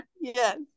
Yes